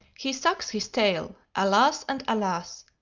he sucks his tail alas, and alas!